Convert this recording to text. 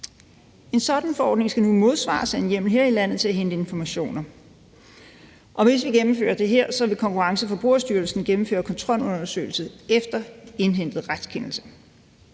En sådan forordning skal nemlig modsvares af en hjemmel her i landet til at hente informationer. Hvis vi gennemfører det her, vil Konkurrence- og Forbrugerstyrelsen gennemføre kontrolundersøgelser efter indhentet retskendelse.